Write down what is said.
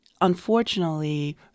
Unfortunately